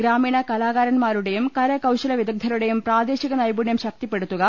ഗ്രാമീണ കലാകാർൻമാരുടെയും കരകൌശല വിദഗ്ധരുടെയും പ്രാദേശിക നൈപൂണ്യം ശക്തിപ്പെടുത്തുക